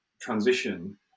transition